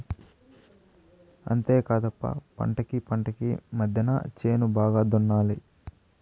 అంతేకాదప్ప పంటకీ పంటకీ మద్దెన చేను బాగా దున్నాలి